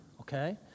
okay